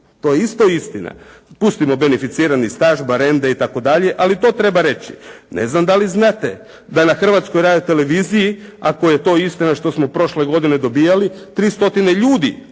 To je isto istina. Pustimo beneficirani staž, marende itd. ali to treba reći. Ne znam da li znate da na Hrvatskoj radioteleviziji ako je to istina što smo prošle godine dobijali, 300 ljudi